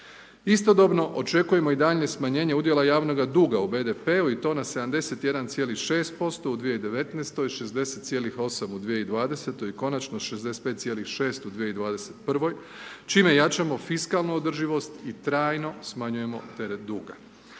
Istodobno očekujemo i daljnje smanjenje udjela javnoga duga u BDP-u i to na 71,6% u 2019.-toj, 60,8% u 2020.-toj i konačno 65,6% u 2021.-voj, čime jačamo fiskalnu održivost i trajno smanjujemo teret duga.